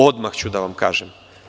Odmah ću da vam kažem.